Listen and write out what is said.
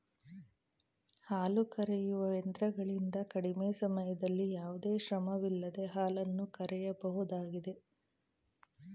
ಹಾಲು ಕರೆಯುವ ಯಂತ್ರಗಳಿಂದ ಕಡಿಮೆ ಸಮಯದಲ್ಲಿ ಯಾವುದೇ ಶ್ರಮವಿಲ್ಲದೆ ಹಾಲನ್ನು ಕರೆಯಬಹುದಾಗಿದೆ